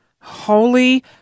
holy